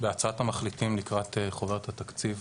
המחליטים לקראת חוברת התקציב,